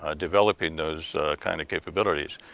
ah developing those kind of capabilities.